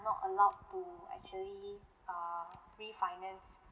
not allowed to actually err refinance